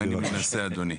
אני מנסה אדוני.